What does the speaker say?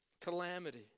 calamity